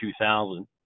2000